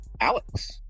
Alex